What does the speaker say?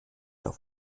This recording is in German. auf